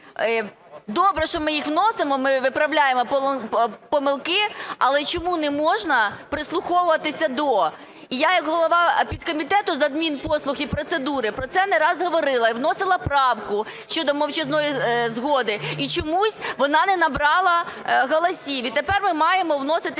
Добре, що ми їх вносимо, ми виправляємо помилки. Але чому не можна прислуховуватися до? І я, як голова підкомітету з адмінпослуг і процедури, про це не раз говорила і вносила правку щодо мовчазної згоди, і чомусь вона не набрала голосів. І тепер ми маємо вносити